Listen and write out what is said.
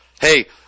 Hey